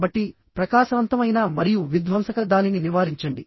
కాబట్టిప్రకాశవంతమైన మరియు విధ్వంసక దానిని నివారించండి